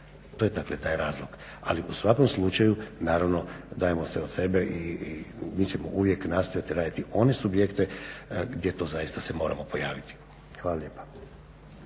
To je dakle taj razlog. Ali u svakom slučaju dajemo sve od sebe i mi ćemo uvijek nastojati raditi one subjekte gdje se zaista moramo pojaviti. Hvala lijepa.